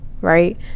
right